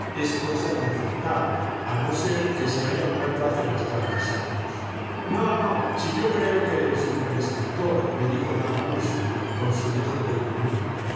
es cosa inaceptable a no ser que se haya muerto hace bastantes años no no si yo creo que eres un buen escritor me dijo dama úrsula con su dejo de ironía